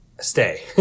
stay